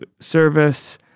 service